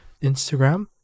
Instagram